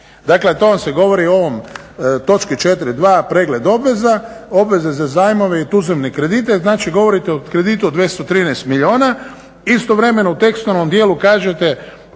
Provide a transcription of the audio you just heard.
Dakle to vam se govori u ovoj točki 4.2 pregled obveze, obveze za zajmove i tuzemne kredite govorite o kreditu od 213 milijuna. Istovremeno u tekstualnom dijelu kažete